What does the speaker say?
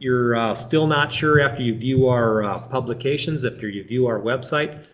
you're still not sure after you view our publications, after you view our website,